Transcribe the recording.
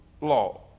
law